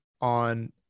on